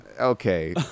Okay